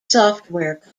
software